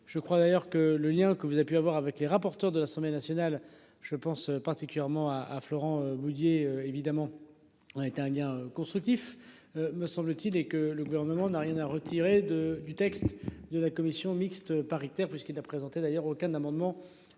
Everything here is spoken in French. je crois d'ailleurs que le lien que vous avez pu avoir avec les rapporteurs de l'Assemblée nationale. Je pense particulièrement à à Florent Boudié évidemment. On était un lien constructif. Me semble-t-il et que le gouvernement n'a rien à retirer de du texte de la commission mixte paritaire puisqu'il a présenté d'ailleurs aucun amendement.